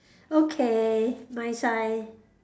okay my side